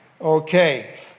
Okay